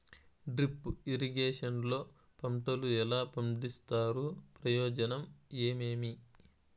Drip irrigation లో పంటలు ఎలా పండిస్తారు ప్రయోజనం ఏమేమి?